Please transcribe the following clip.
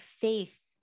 faith